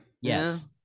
yes